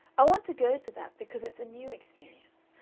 i want to go to that because it's a new experience,